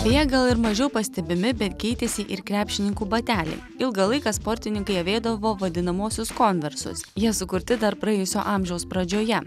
beje gal ir mažiau pastebimi be keitėsi ir krepšininkų bateliai ilgą laiką sportininkai avėdavo vadinamuosius konversus jie sukurti dar praėjusio amžiaus pradžioje